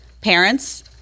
parents